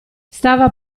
stava